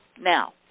Now